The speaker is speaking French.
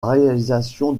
réalisation